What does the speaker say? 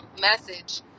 message